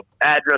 address